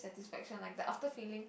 satisfaction like the after feeling